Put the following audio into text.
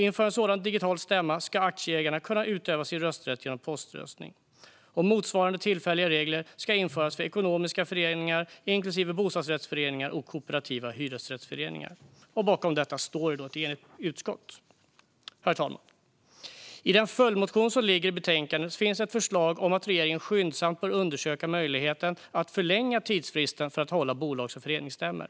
Inför en sådan digital stämma ska aktieägarna kunna utöva sin rösträtt genom poströstning. Motsvarande tillfälliga regler ska införas för ekonomiska föreningar inklusive bostadsrättsföreningar och kooperativa hyresrättsföreningar. Bakom detta står ett enigt utskott. Herr talman! I den följdmotion som behandlas i betänkandet finns ett förslag om att regeringen skyndsamt bör undersöka möjligheten att förlänga tidsfristen för att hålla bolags och föreningsstämmor.